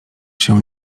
się